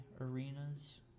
arenas